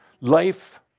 Life